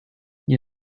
you